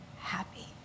happy